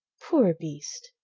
poor beast!